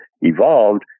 evolved